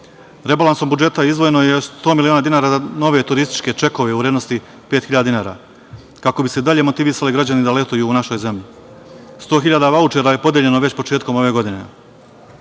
pomoći. Rebalansom budžeta izdvojeno je 100 miliona dinara za nove turističke čekove u vrednosti od 5.000 dinara kako bi se i dalje motivisali građani da letuju u našoj zemlji. Sto hiljada vaučera je podeljeno već početkom ove godine. Veoma